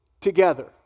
together